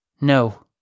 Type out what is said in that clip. No